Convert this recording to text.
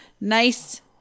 Nice